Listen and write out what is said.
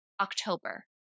October